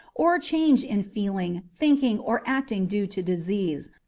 or change in feeling, thinking, or acting due to disease,